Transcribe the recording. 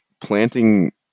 planting